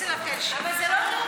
זה לא חוקי.